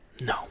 No